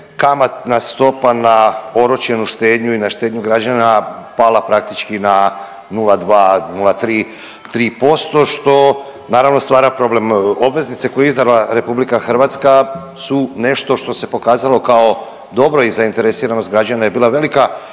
kamatna stopa na oročenu štednju i na štednju građana pala praktički na 0,2, 0,3% što naravno stvara problem. Obveznice koje je izdala RH su nešto što se pokazalo kao dobro i zainteresiranost građana je bila velika.